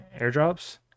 airdrops